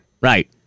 Right